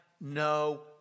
no